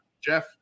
Jeff